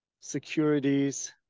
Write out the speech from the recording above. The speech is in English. securities